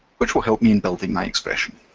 which will help me in building my expression.